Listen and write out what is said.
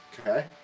Okay